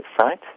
site